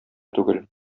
түгел